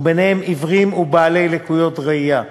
וביניהם עיוורים ובעלי לקויות ראייה.